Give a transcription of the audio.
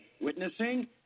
witnessing